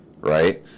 right